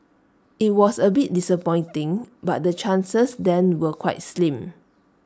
IT was A bit disappointing but the chances then were quite slim